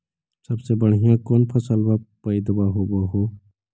सबसे बढ़िया कौन फसलबा पइदबा होब हो?